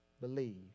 believe